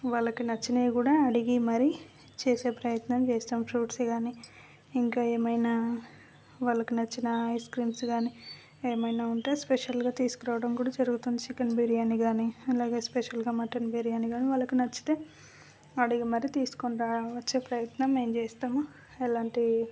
వాళ్ళకి నచ్చినవి కూడా అడిగి మరి చేసే ప్రయత్నం చేస్తాం ఫ్రూట్స్ కానీ ఇంకా ఏమైనా వాళ్ళకి నచ్చిన ఐస్ క్రీమ్స్ కానీ ఏమైనా ఉంటే స్పెషల్గా తీసుకురావడం కూడా జరుగుతుంది చికెన్ బిర్యానీ కానీ అలాగే స్పెషల్గా మటన్ బిర్యానీ కానీ వాళ్ళకి నచ్చితే అడిగి మరి తీసుకొనిరావడం వచ్చే ప్రయత్నం మేము చేస్తాము ఎలాంటి